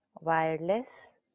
wireless